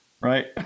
right